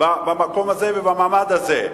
במקום הזה ובמעמד הזה.